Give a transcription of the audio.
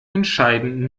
entscheiden